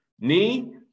knee